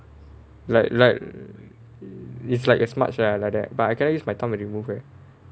like like it's like a smudge ah like that but I cannot use my thumb and remove leh